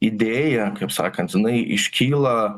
idėja kaip sakant jinai iškyla